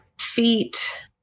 feet